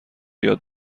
یاد